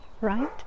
right